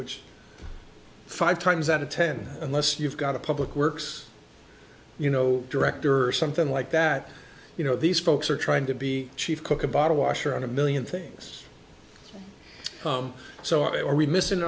which five times out of ten unless you've got a public works you know director or something like that you know these folks are trying to be chief cook and bottle washer on a million things so are we miss